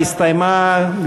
נגד ההצבעה הסתיימה.